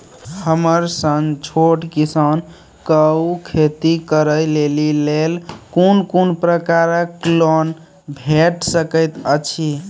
हमर सन छोट किसान कअ खेती करै लेली लेल कून कून प्रकारक लोन भेट सकैत अछि?